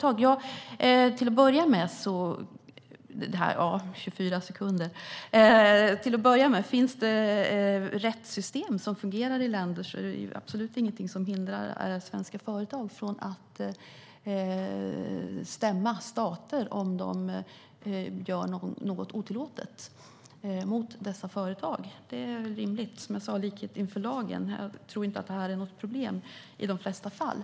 Om det finns rättssystem som fungerar i länder är det absolut ingenting som hindrar svenska företag från att stämma stater om de gör något otillåtet mot företagen. Det är rimligt. Som jag sa måste det vara likhet inför lagen. Jag tror inte att detta är något problem i de flesta fall.